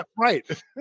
right